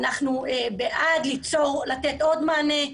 אנחנו בעד לתת עוד מענה,